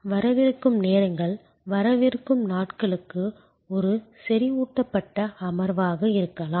வரவிருக்கும் நேரங்கள் வரவிருக்கும் நாட்களுக்கு ஒரு செறிவூட்டப்பட்ட அமர்வாக இருக்கலாம்